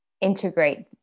integrate